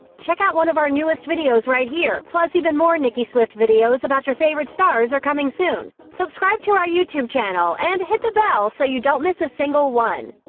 check out one of our newest videos right here! plus, even more nicki swift videos about your favorite stars are coming soon. subscribe to our youtube channel and hit the bell so you don't miss a single one.